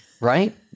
right